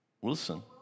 Wilson